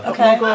Okay